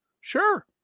Sure